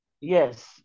Yes